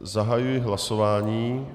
Zahajuji hlasování... .